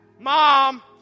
mom